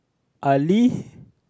Ali